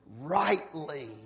rightly